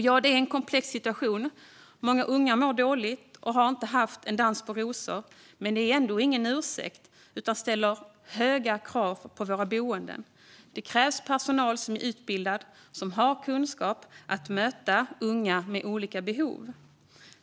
Ja, det är en komplex situation. Många unga mår dåligt och har inte haft en dans på rosor. Men det är ingen ursäkt, utan det ställer höga krav på våra boenden. Det krävs personal som är utbildad och som har kunskap att möta unga med olika behov.